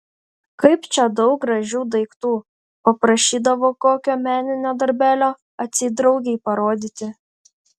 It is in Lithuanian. kaip čia daug gražių daiktų paprašydavo kokio meninio darbelio atseit draugei parodyti